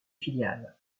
filiales